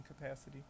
capacity